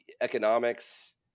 economics